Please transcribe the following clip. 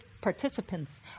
participants